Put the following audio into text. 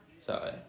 Sorry